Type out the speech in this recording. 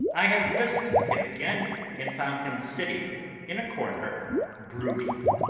i have visited him again and found him sitting in a corner brooding.